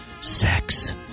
Sex